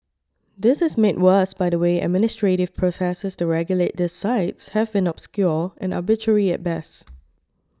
this is made worse by the way administrative processes to regulate these sites have been obscure and arbitrary at best